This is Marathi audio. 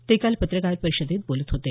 ते काल पत्रकार परिषदेत बोलत होते